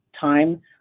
time